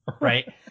right